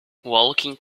walking